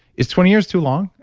is twenty years too long?